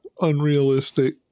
unrealistic